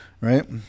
right